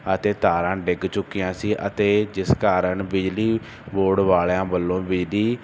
ਅਤੇ ਤਾਰਾਂ ਡਿੱਗ ਚੁੱਕੀਆਂ ਸੀ ਅਤੇ ਜਿਸ ਕਾਰਨ ਬਿਜਲੀ ਬੋਰਡ ਵਾਲਿਆਂ ਵੱਲੋਂ ਬਿਜਲੀ